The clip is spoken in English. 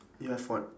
you have what